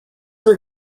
were